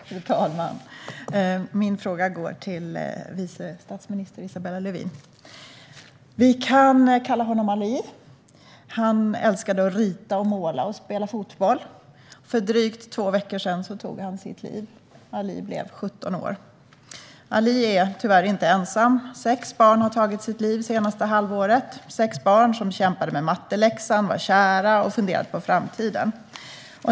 Fru talman! Min fråga går till vice statsminister Isabella Lövin. Vi kan kalla honom Ali. Han älskade att rita och måla och att spela fotboll. För drygt två veckor sedan tog han sitt liv. Ali blev 17 år. Ali är tyvärr inte ensam; sex barn har tagit sitt liv det senaste halvåret. Det är sex barn som kämpade med matteläxan, var kära och funderade på framtiden.